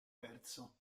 verso